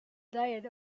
diet